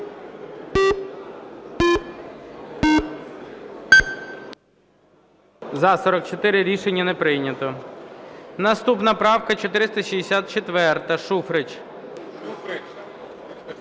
За-44 Рішення не прийнято. Наступна правка 464, Шуфрич.